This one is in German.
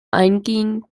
einging